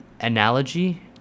Analogy